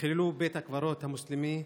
חיללו את בית הקברות המוסלמי,